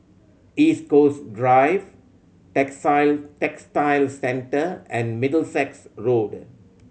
East Coast Drive Textile Centre and Middlesex Road